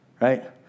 Right